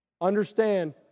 understand